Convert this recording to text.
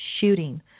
shooting